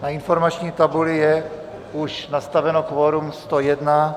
Na informační tabuli je už nastaveno kvorum 101.